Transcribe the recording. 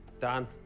Dan